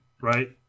right